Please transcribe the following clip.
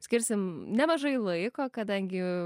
skirsim nemažai laiko kadangi